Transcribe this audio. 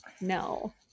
no